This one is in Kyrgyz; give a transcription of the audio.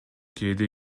кээде